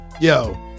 Yo